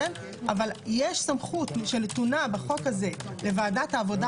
אבל יש סמכות שנתונה בחוק הזה לוועדת העבודה,